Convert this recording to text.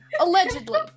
Allegedly